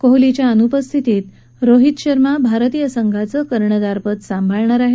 कोहलीच्या अनुपस्थितीत रोहित शर्मा भारतीय संघाचं कर्णधारपद संभाळणार आहे